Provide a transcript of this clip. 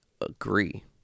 agree